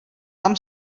tam